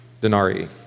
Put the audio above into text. denarii